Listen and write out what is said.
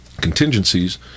contingencies